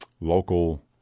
local